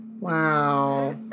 Wow